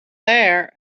there